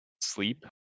sleep